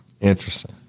Interesting